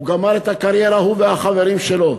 הוא גמר את הקריירה, הוא והחברים שלו.